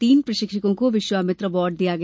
तीन प्रशिक्षकों को विश्वामित्र अवार्ड दिया गया